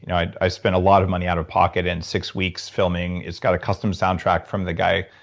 you know i i spent a lot of money out of pocket and six weeks filming. it's got a custom soundtrack from the guy,